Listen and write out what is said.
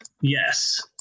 Yes